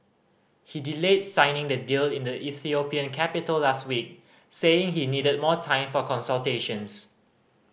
he delayed signing the deal in the Ethiopian capital last week saying he needed more time for consultations